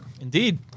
Indeed